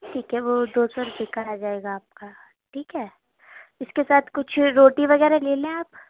ٹھیک ہے وہ دو سو روپیے کا آجائے گا آپ کا ٹھیک ہے اس کے ساتھ کچھ روٹی وغیرہ لے لیں آپ